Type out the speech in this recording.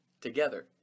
together